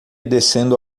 descendo